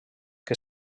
que